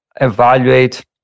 evaluate